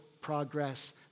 progress